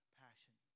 passion